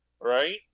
Right